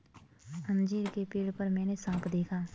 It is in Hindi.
अंजीर के पेड़ पर मैंने साँप देखा